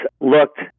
looked